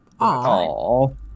Aww